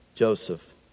Joseph